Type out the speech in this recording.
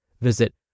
Visit